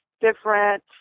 different